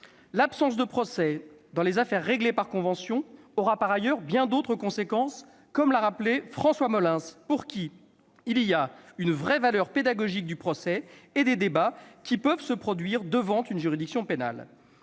L'absence de procès dans les affaires réglées par convention aura par ailleurs bien d'autres conséquences, comme l'a rappelé François Molins, pour qui « il y a une vraie valeur pédagogique du procès et des débats qui peuvent se produire devant une juridiction pénale